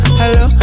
hello